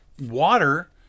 water